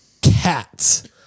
cats